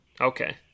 okay